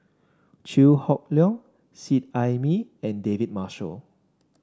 Chew Hock Leong Seet Ai Mee and David Marshall